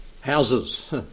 houses